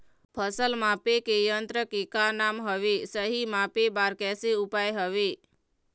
फसल मापे के यन्त्र के का नाम हवे, सही मापे बार कैसे उपाय हवे?